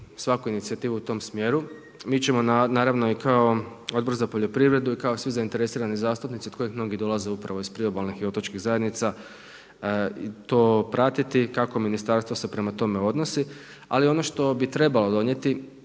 svaku inicijativu u tom smjeru. Mi ćemo naravno i kao Odbor za poljoprivredu i kao svi zainteresirani zastupnici od koji mnogi dolaze upravo iz priobalnih i otočkih zajednica, to pratiti, kako ministarstvo se prema tome odnosi, ali ono što bi trebalo donijeti